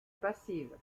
passive